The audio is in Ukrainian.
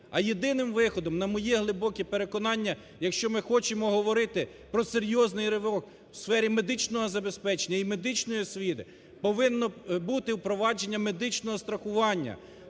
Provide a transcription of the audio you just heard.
А єдиним виходом, на моє глибоке переконання, якщо ми хочемо говорити про серйозний ривок в сфері медичного забезпечення і медичної освіти, повинно бути впровадження медичного страхування,